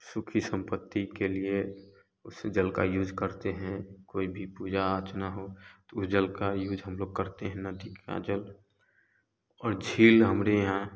सुख संपत्ति के लिए उस जल का यूज़ करते हैं कोई भी पूजा अर्चना हो तो उस जल का यूज़ हम लोग करते हैं नदी का जल और झील हमरे यहाँ